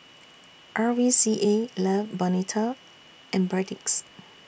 R V C A Love Bonito and Perdix